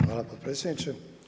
Hvala potpredsjedniče.